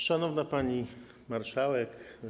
Szanowna Pani Marszałek!